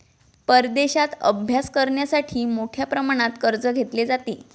परदेशात अभ्यास करण्यासाठी मोठ्या प्रमाणात कर्ज घेतले जाते